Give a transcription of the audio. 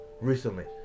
recently